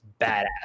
badass